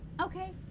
Okay